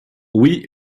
oui